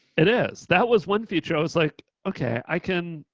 it is, that was one feature. i was like, okay, i can,